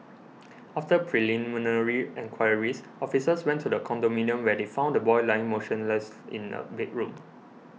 after preliminary enquiries officers went to the condominium where they found the boy lying motionless in a bedroom